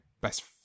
best